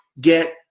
get